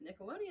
Nickelodeon